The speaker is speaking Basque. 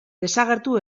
desagertu